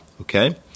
Okay